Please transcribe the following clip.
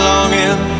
Longing